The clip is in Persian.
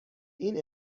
این